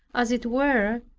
as it were,